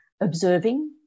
observing